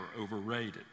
overrated